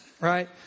Right